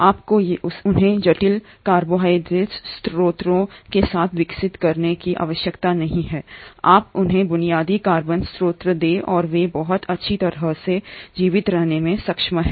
आपको उन्हें जटिल कार्बोहाइड्रेट स्रोतों के साथ विकसित करने की आवश्यकता नहीं है आप उन्हें बुनियादी कार्बन स्रोत दें और वे बहुत अच्छी तरह से जीवित रहने में सक्षम हैं